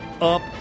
up